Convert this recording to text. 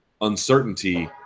uncertainty